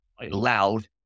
loud